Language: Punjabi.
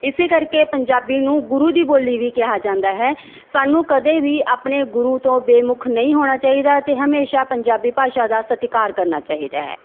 ਇਸੇ ਕਰਕੇ ਪੰਜਾਬੀ ਨੂੰ ਗੁਰੂ ਦੀ ਬੋਲੀ ਵੀ ਕਿਹਾ ਜਾਂਦਾ ਹੈ ਸਾਨੂੰ ਕਦੇ ਵੀ ਆਪਣੇ ਗੁਰੂ ਤੋਂ ਬੇਮੁੱਖ ਨਹੀਂ ਹੋਣਾ ਚਾਹੀਦਾ ਅਤੇ ਹਮੇਸ਼ਾ ਪੰਜਾਬੀ ਭਾਸ਼ਾ ਦਾ ਸਤਿਕਾਰ ਕਰਨਾ ਚਾਹੀਦਾ ਹੈ